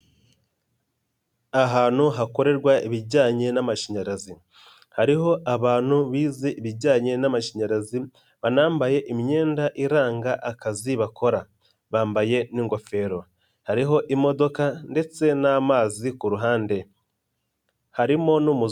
Ahantu hakorerwa ibijyanye n'amashanyarazi, hariho abantu bize ibijyanye n'amashanyarazi, banambaye imyenda iranga akazi bakora, bambaye n'ingofero, hariho imodoka ndetse n'amazi ku ruhande, harimo n'umuzungu.